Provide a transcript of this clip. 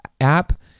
app